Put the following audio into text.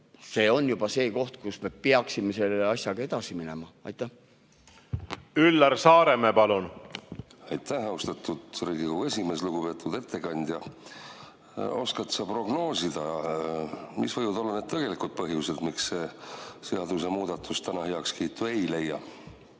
see on juba see koht, kus me peaksime selle asjaga edasi minema. Üllar Saaremäe, palun! Üllar Saaremäe, palun! Aitäh, austatud Riigikogu esimees! Lugupeetud ettekandja! Oskad sa prognoosida, mis võivad olla need tegelikud põhjused, miks see seadusemuudatus täna heakskiitu ei leia?